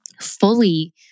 fully